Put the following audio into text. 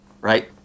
right